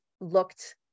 looked